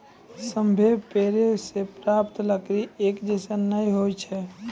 सभ्भे पेड़ों सें प्राप्त लकड़ी एक जैसन नै होय छै